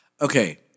Okay